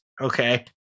Okay